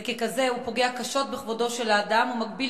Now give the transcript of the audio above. וככזה הוא פוגע קשות בכבודו של האדם ומגביל